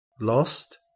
lost